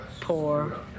poor